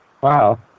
Wow